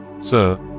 sir